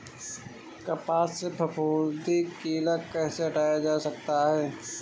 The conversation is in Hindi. कपास से फफूंदी कीड़ा कैसे हटाया जा सकता है?